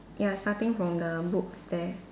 ya starting from the books there